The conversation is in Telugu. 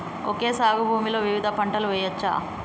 ఓకే సాగు భూమిలో వివిధ పంటలు వెయ్యచ్చా?